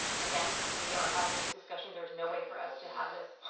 again, we are having this discussion, there is no way for us to have this.